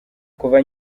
kuva